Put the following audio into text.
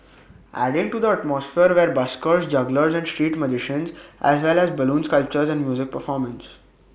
adding to the atmosphere were buskers jugglers and street magicians as well as balloon sculptures and music performances